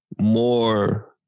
more